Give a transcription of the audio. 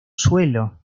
suelo